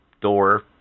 door